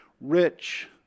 rich